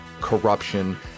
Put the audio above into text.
corruption